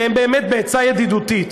בעצה ידידותית,